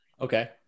Okay